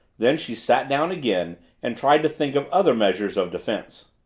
then she sat down again and tried to think of other measures of defense.